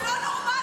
אתם לא נורמליים.